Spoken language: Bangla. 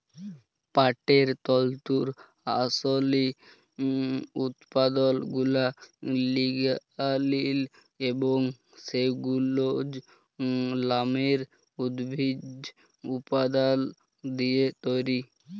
পাটের তল্তুর আসলি উৎপাদলগুলা লিগালিল এবং সেলুলজ লামের উদ্ভিজ্জ উপাদাল দিঁয়ে তৈরি